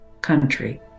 country